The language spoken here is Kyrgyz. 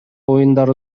оюндары